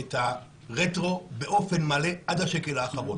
הרטרו באופן מלא עד השקל האחרון,